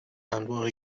انواع